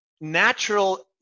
natural